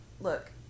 look